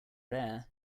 bear